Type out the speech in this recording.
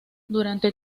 durante